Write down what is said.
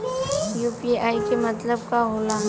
UPI के मतलब का होला?